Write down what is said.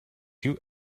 you